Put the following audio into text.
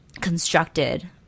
constructed